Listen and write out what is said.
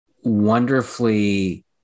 wonderfully